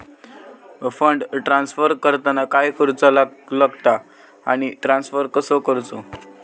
Fund transfer करताना काय करुचा लगता आनी ट्रान्स्फर कसो करूचो?